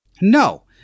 No